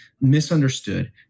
misunderstood